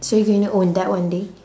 so you going to own that one day